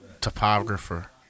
Topographer